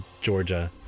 georgia